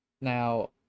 now